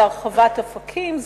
זה הרחבת אופקים,